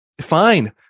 Fine